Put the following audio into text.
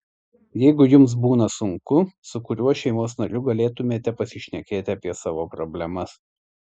jeigu jums būna sunku su kuriuo šeimos nariu galėtumėte pasišnekėti apie savo problemas